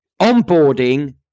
onboarding